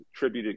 tributed